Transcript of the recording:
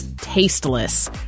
tasteless